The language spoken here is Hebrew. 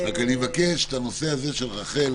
רק אני מבקש את הנושא הזה של רח"ל,